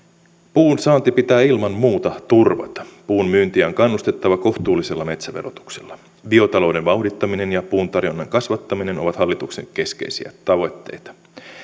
puun saanti pitää ilman muuta turvata puun myyntiä on kannustettava kohtuullisella metsäverotuksella biotalouden vauhdittaminen ja puun tarjonnan kasvattaminen ovat hallituksen keskeisiä tavoitteita